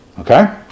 Okay